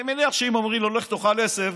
אני מניח שאם אומרים לו: לך תאכל עשב,